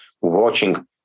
watching